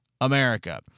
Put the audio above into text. America